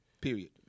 Period